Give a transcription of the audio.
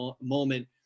moment